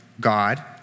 God